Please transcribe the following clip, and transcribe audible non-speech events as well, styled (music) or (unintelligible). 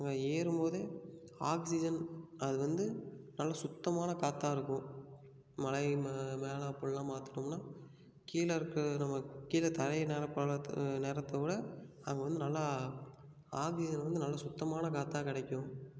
அங்கே ஏறும்போது ஆக்சிஜன் அது வந்து நல்ல சுத்தமான காற்றா இருக்கும் மலை மேலே அப்புடில்லாம் பார்த்துட்டோம்ன்னா கீழேருக்க நம்ம கீழே தரையை (unintelligible) நேரத்தை விட அங்கே வந்து நல்லா ஆக்சிஜன் வந்து நல்லா சுத்தமான காற்றா கிடைக்கும்